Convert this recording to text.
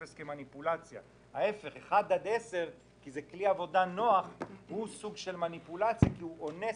אחד עד עשר הוא סוג של מניפולציה, כי הוא "אונס"